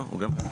בבקשה.